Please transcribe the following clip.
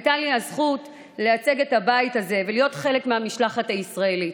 הייתה לי הזכות לייצג את הבית הזה ולהיות חלק מהמשלחת הישראלית.